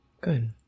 Good